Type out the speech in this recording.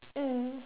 mm